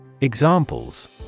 Examples